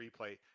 replay